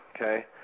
okay